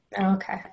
Okay